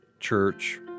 church